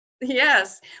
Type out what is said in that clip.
Yes